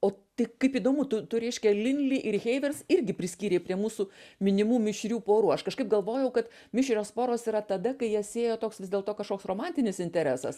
o tai kaip įdomu tu tu reiškia linlį ir heivers irgi priskyrei prie mūsų minimų mišrių porų aš kažkaip galvojau kad mišrios poros yra tada kai jas sieja toks vis dėlto kažkoks romantinis interesas